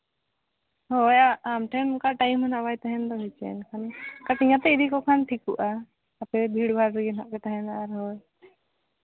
ᱦᱳᱭ ᱟᱢ ᱴᱷᱮᱱ ᱚᱱᱠᱟ ᱴᱟᱭᱤᱢ ᱫᱚ ᱦᱟᱸᱜ ᱵᱟᱭ ᱛᱟᱦᱮᱱ ᱫᱚ ᱦᱮᱸ ᱥᱮ ᱠᱟᱴᱤᱝ ᱜᱟᱛᱮ ᱤᱫᱤ ᱠᱚᱠᱷᱟᱱ ᱴᱷᱤᱠᱚᱜᱼᱟ ᱟᱯᱮ ᱵᱷᱤᱲᱼᱵᱷᱟᱲ ᱨᱮᱜᱮ ᱯᱮ ᱛᱟᱦᱮᱱᱟ ᱟᱨᱦᱚᱸ